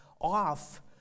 off